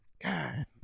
God